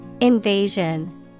Invasion